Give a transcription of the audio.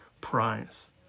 prize